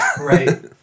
right